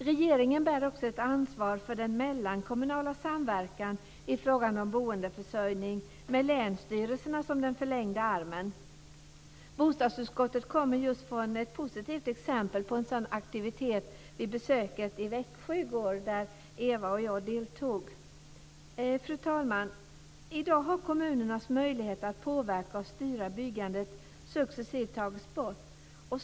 Regeringen bär också ett ansvar för den mellankommunala samverkan i fråga om boendeförsörjning med länsstyrelserna som den förlängda armen. Bostadsutskottet kommer just från ett besök i Växjö i går som Ewa och jag deltog i. Där fick vi ett positivt exempel på en sådan aktivitet. Fru talman! I dag har kommunernas möjlighet att påverka och styra byggandet successivt tagits bort.